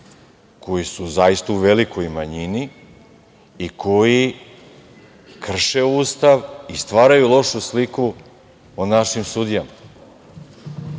koji su zaista u velikoj manjini i koji krše Ustav i stvaraju lošu sliku o našim sudijama.U